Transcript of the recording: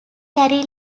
carry